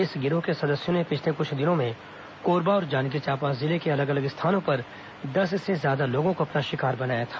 इस गिरोह के सदस्यों ने पिछले क्छ दिनों में कोरबा और जांजगीर चांपा जिले के अलग अलग स्थानों पर दस से ज्यादा लोगों को अपना शिकार बनाया था